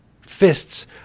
fists